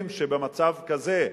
ואת שאר הכסף בכוונתו